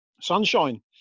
sunshine